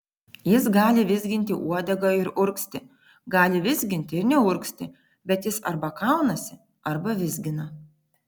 jis gali vizginti uodegą ir urgzti gali vizginti ir neurgzti bet jis arba kaunasi arba vizgina